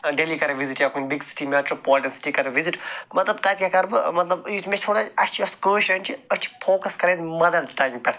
دہلی کَرٕ وِزِٹ یا کُنہِ بیٚیِس سِٹی میٚٹروپوالِٹین سِٹی کَرٕ وِزِٹ مطلب تَتہِ کیٛاہ کَرٕ بہٕ مطلب یہِ مےٚ چھِ تھوڑا اسہِ چھِ اسہِ کٲشِریٚن چھُ أسۍ چھِ فوکَس کران مَدر ٹنٛگ پٮ۪ٹھ